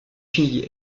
fille